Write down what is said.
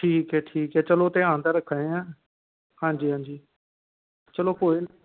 ठीक ऐ ठीक ऐ चलो ध्यान गै रक्खने आं हां जी हां जी चलो कोई नी